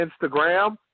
Instagram